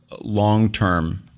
long-term